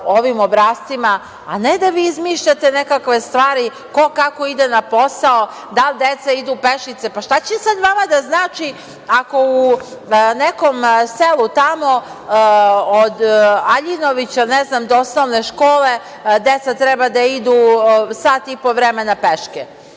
ovim obrascima, a ne da vi izmišljate nekakve stvari, ko kako ide na posao, da li deca idu pešice. Šta će sad vama da znači ako u nekom selu tamo, od Aljinovića, ne znam, do osnovne škole deca treba da idu sat i po vremena peške.